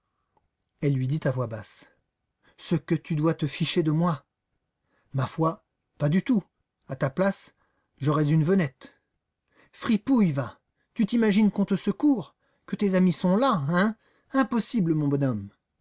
elle lui dit à voix basse ce que tu dois te ficher de moi ma foi pas du tout à ta place j'aurais une venette fripouille va tu t'imagines qu'on te secourt que tes amis sont là hein impossible mon bonhomme